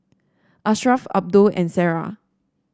Ashraf Abdul and Sarah